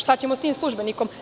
Šta ćemo sa tim službenikom?